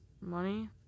money